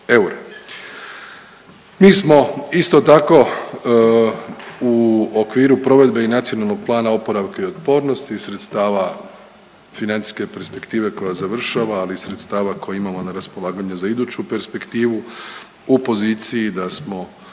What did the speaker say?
Mi smo isto tako u okviru provedbe i NPOO-a iz sredstava financijske perspektive koja završava, ali i sredstava koji imamo na raspolaganju za iduću perspektivu u poziciji da smo